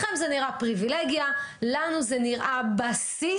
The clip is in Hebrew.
לכם זה נראה פריווילגיה, לנו זה נראה בסיס,